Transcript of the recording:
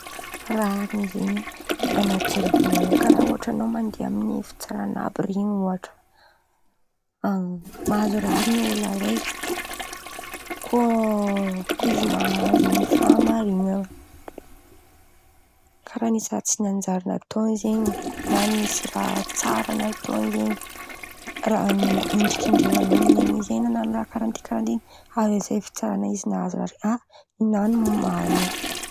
Rarin̈y zen̈y, an̈aty jery vônaloan̈y karàha ohatra en̈ao mandeha amy fitsaran̈a àby ren̈y ohatra mahazo rarin̈y olo araiky kô koa izy mahazo ny fahamarin̈ana karàha nisy raha tsy nanjary nataon̈y zen̈y na ny nisy raha tsara nataon̈y zen̈y raha niendrikendrehan'olo zen̈y: izy nan̈ano raha karàha ty na karàha ty avy amy zay fitsaran̈a izy nahazo: ha nin̈any ny marin̈a.